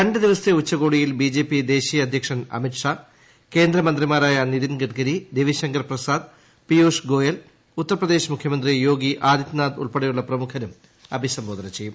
രണ്ട് ദിവസത്തെ ഉച്ചകോടിയിൽ ബിജെപി ദേശീയ അധ്യക്ഷൻ അമിത്ഷാ കേന്ദ്രമന്ത്രിമാരായ നിതിൻ ഗഡ്കരി രവിശങ്കർ പ്രസാദ് പീയൂഷ് ഗോയൽ ഉത്തർപ്രദേശ് മുഖ്യമന്ത്രി യോഗി ആദിത്യനാഥ് ഉൾപ്പെടെയുളള പ്രമുഖരും അഭിസംബോധന ചെയ്യും